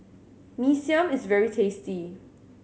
Mee Siam is very tasty